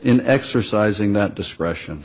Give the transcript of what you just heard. in exercising that discretion